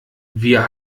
wir